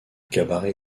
cabaret